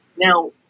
Now